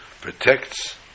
protects